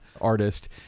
artist